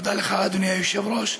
תודה לך, אדוני היושב-ראש,